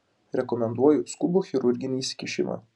rekomenduoju skubų chirurginį įsikišimą